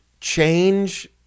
change